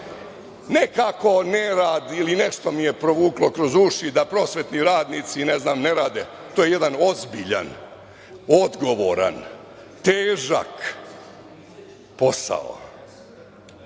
nekako nerad ili nešto mi je provuklo kroz uši da prosvetni radnici, ne znam, ne rade, to je jedan ozbiljan, odgovoran, težak posao.